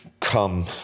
come